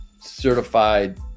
certified